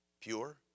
Pure